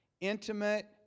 intimate